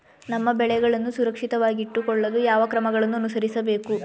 ನಮ್ಮ ಬೆಳೆಗಳನ್ನು ಸುರಕ್ಷಿತವಾಗಿಟ್ಟು ಕೊಳ್ಳಲು ಯಾವ ಕ್ರಮಗಳನ್ನು ಅನುಸರಿಸಬೇಕು?